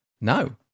No